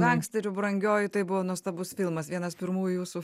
gangsteriu brangioji tai buvo nuostabus filmas vienas pirmųjų jūsų